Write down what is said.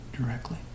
directly